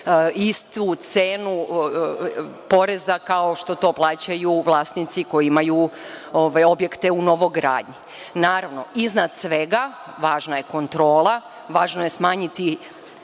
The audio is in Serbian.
istu cenu poreza kao što to plaćaju vlasnici koji imaju objekte u novogradnji. Naravno, iznad svega važna je kontrola, važno je smanjiti